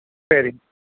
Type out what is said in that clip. சரிங்க